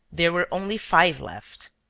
there were only five left!